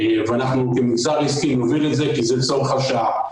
ואנחנו כמגזר עסקי נוביל את זה כי זה צורך השעה.